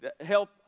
help